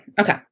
okay